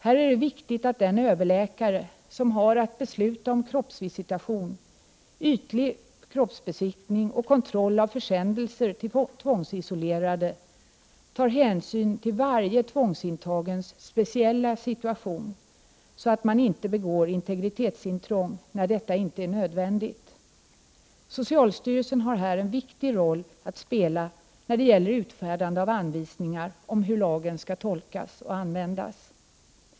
Här är det viktigt att den överläkare som har att besluta om kroppsvisitation, ytlig kroppsbesiktning och kontroll av försändelser till tvångsisolerade tar hänsyn till varje tvångsintagens speciella situation, så att man inte begår integritetsintrång när detta inte är nödvändigt. Socialstyrelsen har här en viktig roll att spela när det gäller utfärdande av anvisningar om hur lagen skall tolkas och användas.